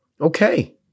Okay